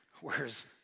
Whereas